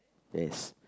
yes